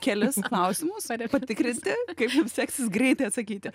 kelis klausimus patikrinti kaip seksis greitai atsakyti